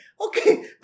okay